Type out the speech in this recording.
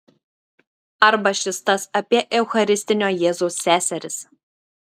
arba šis tas apie eucharistinio jėzaus seseris